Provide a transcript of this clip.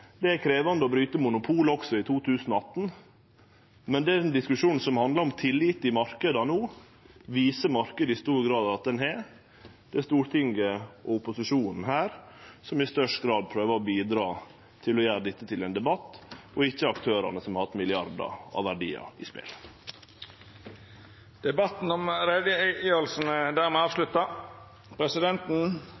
Det er krevjande å bryte monopol også i 2018. Men den diskusjonen som handlar om tillit i marknaden no, viser marknaden i stor grad at ein har, til Stortinget og opposisjonen her, som er dei som i størst grad bidrar til å gjere dette til ein debatt, ikkje aktørane som har hatt milliardar av verdiar i spel. Debatten i sak nr. 10 er dermed